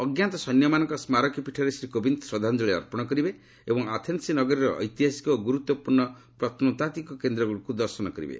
ଅଜ୍ଞାତ ସୈନ୍ୟମାନଙ୍କ ସ୍କାରକୀ ପୀଠରେ ଶ୍ରୀ କୋବିନ୍ଦ ଶ୍ରଦ୍ଧାଞ୍ଜଳୀ ଅର୍ପଣ କରିବେ ଏବଂ ଆଥେନ୍ସ ନଗରୀର ଐତିହାସିକ ଏବଂ ଗୁରୁତ୍ୱପୂର୍ଣ୍ଣ ପ୍ରତ୍ନୋତାତ୍ୱିକ କେନ୍ଦ୍ରଗୁଡ଼ିକୁ ଦର୍ଶନ କରିବେ